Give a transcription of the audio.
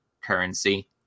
currency